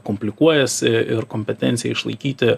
komplikuojas ir kompetenciją išlaikyti